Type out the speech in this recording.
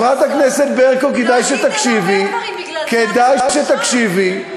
חברת הכנסת ברקו, כדאי שתקשיבי.